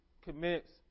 commits